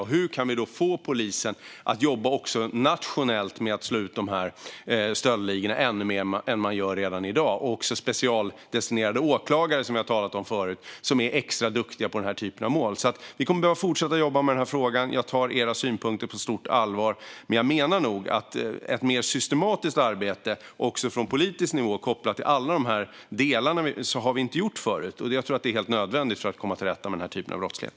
Hur kan vi då få polisen att jobba också nationellt med att slå ut dessa stöldligor ännu mer än man gör redan i dag. Det finns också specialdestinerade åklagare, som vi har talat om förut, som är extra duktiga på denna typ av mål. Vi kommer alltså att behöva fortsätta jobba med denna fråga. Jag tar era synpunkter på stort allvar. Men jag menar att det behövs ett mer systematiskt arbete också från politisk nivå kopplat till alla dessa delar. Så har vi inte gjort förut, men jag tror att det är helt nödvändigt för att komma till rätta med denna typ av brottslighet.